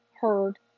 heard